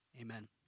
Amen